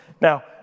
Now